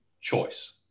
choice